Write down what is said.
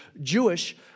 Jewish